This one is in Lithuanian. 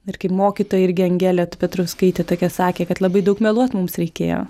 ir kai mokytoja irgi angelė petrauskaitė tokia sakė kad labai daug meluot mums reikėjo